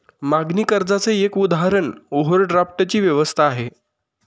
मागणी कर्जाच एक उदाहरण ओव्हरड्राफ्ट ची व्यवस्था आहे